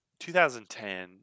2010